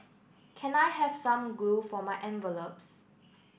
can I have some glue for my envelopes